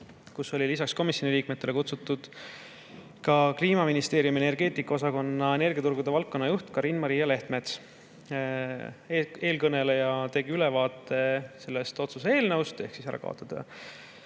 kuhu oli lisaks komisjoni liikmetele kutsutud Kliimaministeeriumi energeetikaosakonna energiaturgude valdkonnajuht Karin Maria Lehtmets. Eelkõneleja tegi ülevaate sellest otsuse-eelnõust: [eesmärk on]